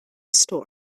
store